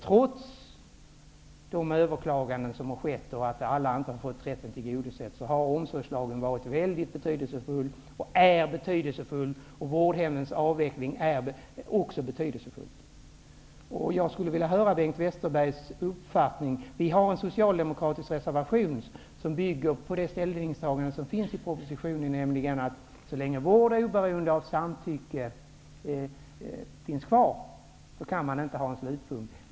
Trots att överklaganden har gjorts och trots att alla inte har fått sina önskemål tillgodosedda har omsorgslagen varit, och är fortfarande, väldigt betydelsefull, liksom detta med vårdhemmens avveckling. Jag skulle vilja höra vad Bengt Westerberg har för uppfattning när det gäller den reservation från oss socialdemokrater som bygger på det ställningstagande som görs i propositionen, nämligen: Så länge vård, oberoende av samtycke, finns kvar kan man inte ha en slutpunkt.